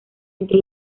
entre